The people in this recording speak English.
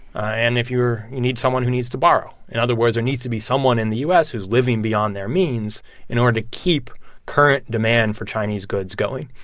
and if you're you need someone who needs to borrow. in other words, there needs to be someone in the u s. who's living beyond their means in order to keep current demand for chinese goods going.